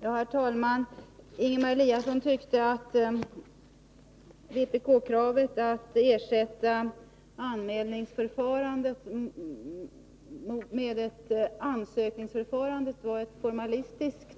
Herr talman! Ingemar Eliasson tyckte att vpk-kravet att ersätta anmälningsförfarandet med ett ansökningsförfarande var formalistiskt